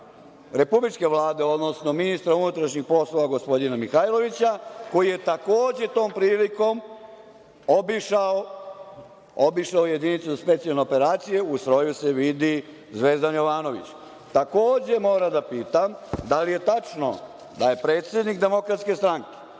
Republičke vlade, odnosno ministra unutrašnjih poslova gospodina Mihajlovića, koji je takođe tom prilikom obišao JSO, u stroju se vidi Zvezdan Jovanović. Takođe moram da pitam – da li je tačno da je predsednik DS obilazio i Pale